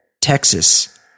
Texas